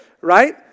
right